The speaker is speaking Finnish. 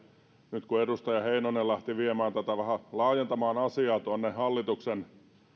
nyt kun edustaja heinonen lähti vähän laajentamaan asiaa hallituksen